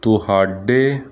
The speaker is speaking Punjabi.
ਤੁਹਾਡੇ